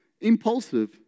impulsive